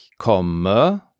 komme